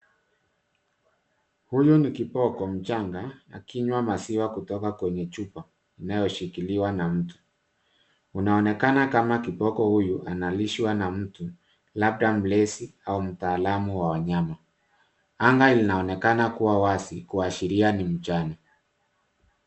Huyu ni kiboko mchanga akinywa maziwa kwenye chupa inayo shikiliwa na mtu. Inaonekana kama kiboko huyu analishwa na mtu labda mlezi au mtaalam wa wanyama. Anga linaonekana kuwa wazi kuashiria ni mchana.